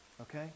Okay